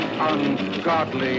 Ungodly